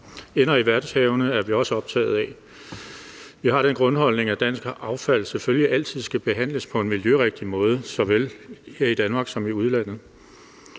ender i verdenshavene, er vi også optaget af. Vi har den grundholdning, at dansk affald selvfølgelig altid skal behandles på en miljørigtig måde, såvel her i Danmark som i udlandet.